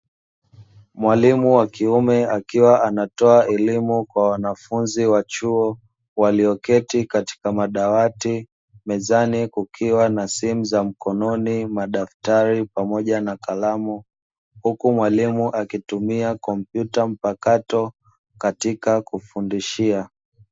Mwalimu wa kiume akiwa anatoa elimu kwa wanafunzi wa chuo, walioketi katika madawati, mezani kukiwa na simu za mkononi, madaftari pamoja na kalamu, huku mwalimu akitumia kompyuta mpakato katika kufundishia.